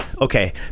okay